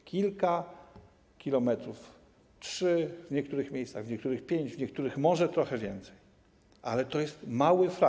To kilka kilometrów, 3 w niektórych miejscach, w niektórych 5, w niektórych może trochę więcej, ale to jest mała część.